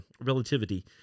relativity